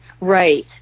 right